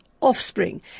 offspring